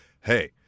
hey